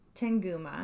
Tenguma